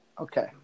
okay